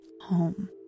home